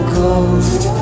ghost